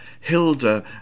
Hilda